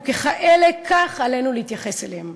וככאלה כך עלינו להתייחס אליהם.